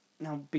Now